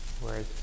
whereas